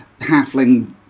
halfling